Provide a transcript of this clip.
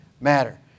Matter